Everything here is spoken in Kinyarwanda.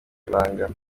ibanga